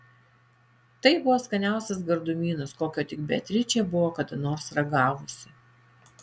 tai buvo skaniausias gardumynas kokio tik beatričė buvo kada nors ragavusi